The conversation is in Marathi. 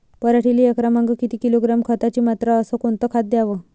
पराटीले एकरामागं किती किलोग्रॅम खताची मात्रा अस कोतं खात द्याव?